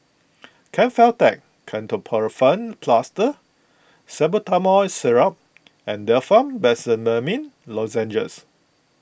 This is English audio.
Kefentech Ketoprofen Plaster Salbutamol Syrup and Difflam Benzydamine Lozenges